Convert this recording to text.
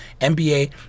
NBA